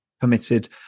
permitted